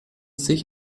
sich